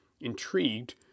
Intrigued